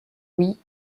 oui